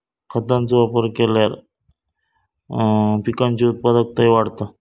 खतांचो वापर केल्यार पिकाची उत्पादकताही वाढता